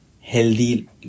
healthy